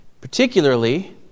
Particularly